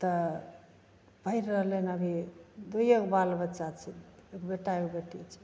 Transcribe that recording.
तऽ पढ़ि रहलै हँ अभी दुइएगो बाल बच्चा छै एक बेटा एक बेटी छै